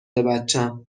بچم